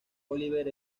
oliver